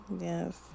Yes